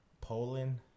Poland